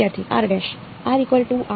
વિદ્યાર્થી r '